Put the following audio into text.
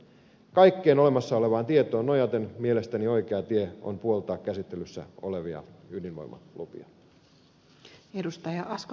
kaikkeen olemassa olevaan tietoon nojaten mielestäni oikea tie on puoltaa käsittelyssä olevia ydinvoimalupia